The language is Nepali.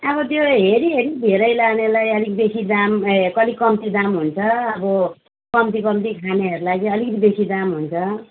अब त्यो हेरी हेरी धेरै लानेलाई अलिक बेसी दाम ए अलिक कम्ती दाम हुन्छ अब कम्ती कम्ती खानेहरूलाई चाहिँ अलिकति बेसी दाम हुन्छ